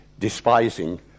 despising